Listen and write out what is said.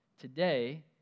Today